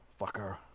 Fucker